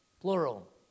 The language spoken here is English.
plural